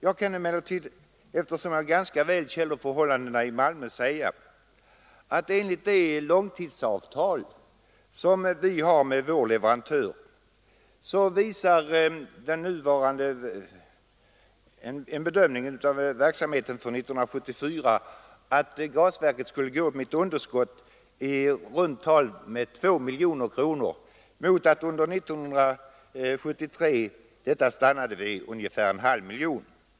Jag kan emellertid, eftersom jag ganska väl känner förhållandena i Malmö, säga att enligt det långtidsavtal som vi har med leverantören visar en bedömning av verksamheten för år 1974 att gasverket skulle gå med ett underskott av i runt tal 2 miljoner kronor mot att under 1973 underskottet stannade vid ungefär en halv miljon.